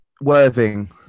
Worthing